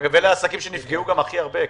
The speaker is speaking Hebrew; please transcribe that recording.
אגב, אלה העסקים שנפגעו הכי הרבה.